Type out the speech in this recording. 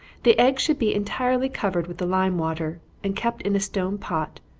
the eggs should be entirely covered with the lime-water, and kept in a stone pot,